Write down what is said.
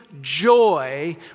joy